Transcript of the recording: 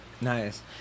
nice